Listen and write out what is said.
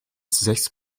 sechs